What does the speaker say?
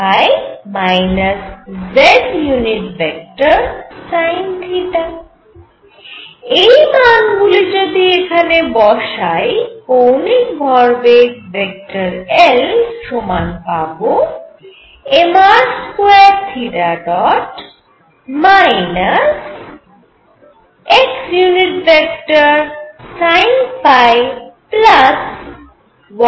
এই মান গুলি যদি এখানে বসাই কৌণিক ভরবেগ ভেক্টর L সমান পাবো mr2 xsinϕycos mr2sinθ